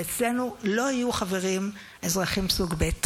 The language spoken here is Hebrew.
ואצלנו לא יהיו חברים אזרחים סוג ב'.